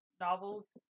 novels